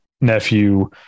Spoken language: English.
nephew